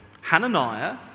Hananiah